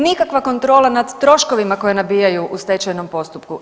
Nikakva kontrola nad troškovima koje nabijaju u stečajnom postupku.